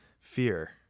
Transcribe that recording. Fear